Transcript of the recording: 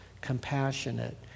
compassionate